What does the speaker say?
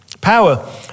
Power